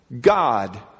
God